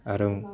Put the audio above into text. आरो